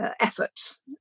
efforts